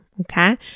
Okay